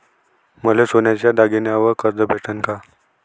मले सोन्याच्या दागिन्यावर कर्ज भेटन का?